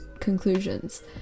conclusions